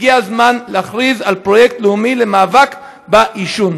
הגיע הזמן להכריז על פרויקט לאומי של מאבק בעישון.